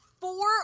four